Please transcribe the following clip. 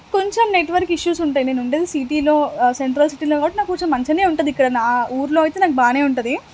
కొంచెం network issues ఉంటాయి నేనుండేది సిటీలో సెంట్రల్ సిటీలో కాబట్టి నాకు కొంచెం మంచిగానే ఉంటుంది ఇక్కడ నా ఊర్లో అయితే నాకు బాగానే ఉంటుంది